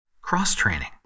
Cross-training